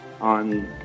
on